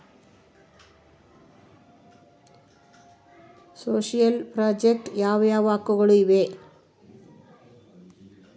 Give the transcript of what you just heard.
Social project ಯಾವ ಯಾವ ಹಕ್ಕುಗಳು ಇವೆ?